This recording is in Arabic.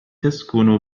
تسكن